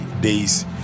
days